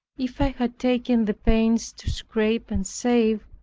if i had taken the pains to scrape and save,